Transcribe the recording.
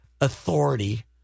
authority